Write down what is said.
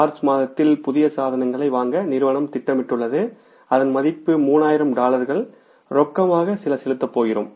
March மாதத்தில் புதிய சாதனங்களை வாங்க நிறுவனம் திட்டமிட்டுள்ளது அதன் மதிப்பு 3000 டாலர்கள் ரொக்கமாக செலுத்தப் போகிறோம்